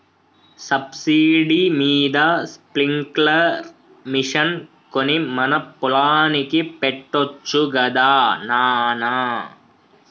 subsidy మీద sprinkler machine కొని మన పొలానికి పెట్టొచ్చు గదా నాన